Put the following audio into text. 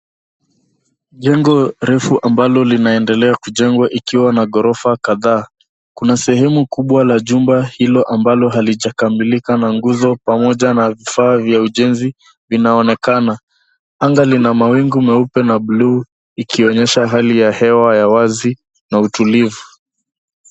Jengo refu ambalo linaendelea kujengwa ikiwa na ghorofa kadhaa. Kuna sehemu kubwa la jumba hilo ambalo halijakamilika na nguzo pamoja na vifaa vya ujenzi vinaonekana. Anga lina mawingu meupe na bluu ikionyesha hali ya hewa ya wazi na utulivu.